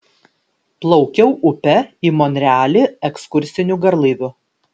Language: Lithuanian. plaukiau upe į monrealį ekskursiniu garlaiviu